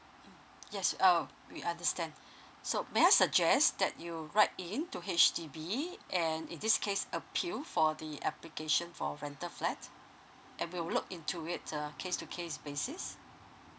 mm yes uh we understand so may I suggest that you write in to H_D_B and in this case appeal for the application for rental flat and we'll look into it uh case to case basis